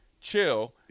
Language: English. chill